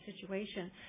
situation